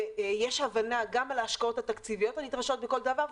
ויש הבנה על ההשקעות התקציביות הנדרשות בכל דבר,